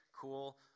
Cool